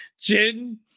Jin